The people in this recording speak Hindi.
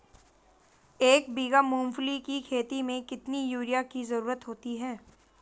एक बीघा मूंगफली की खेती में कितनी यूरिया की ज़रुरत होती है?